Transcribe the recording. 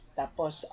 tapos